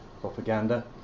propaganda